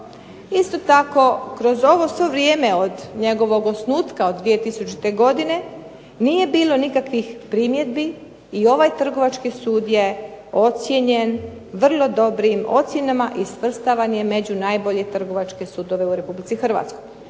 Isto tako kroz ovo svo vrijeme od njegovog osnutka od 2000. godine nije bilo nikakvih primjedbi i ovaj Trgovački sud je ocijenjen vrlo dobrim ocjenama i svrstavan je među najbolje trgovačke sudove u Republici Hrvatskoj.